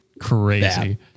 crazy